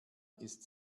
ist